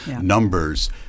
numbers